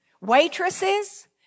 waitresses